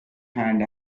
hand